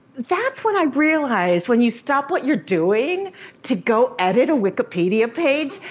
that's when i realized when you stop what you're doing to go edit a wikipedia page,